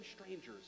strangers